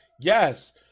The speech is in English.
yes